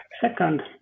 Second